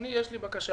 רק יש לי בקשה.